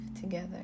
together